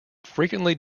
frequently